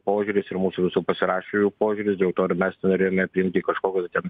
požiūris ir mūsų visų pasirašiusiųjų požiūris dėl to ar mes norėjome priimti kažkokio tai ten